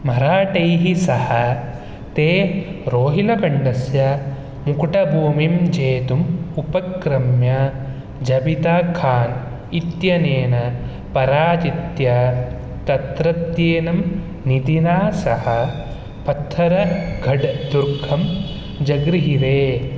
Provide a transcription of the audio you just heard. मराठैः सह ते रोहिलखण्डस्य मुकुटभूमिं जेतुम् उपक्रम्य जबिता खान् इत्यनेन पराजित्य तत्रत्येनं नितिना सह पत्थरघढ्दुर्घं जगृहिरे